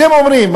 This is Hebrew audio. אתם אומרים,